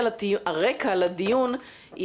הרקע לדיון הוא